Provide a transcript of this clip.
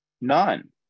None